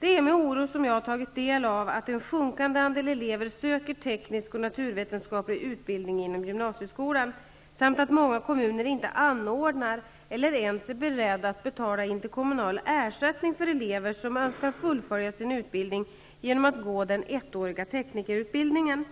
Det är med oro jag tagit del av att en sjunkande andel elever söker teknisk och naturvetenskaplig utbildning inom gymnasieskolan, samt att många kommuner inte anordnar eller ens är beredda att betala interkommunal ersättning för elever som önskar fullfölja sin utbildning genom att gå den ettåriga teknikerutbildningen.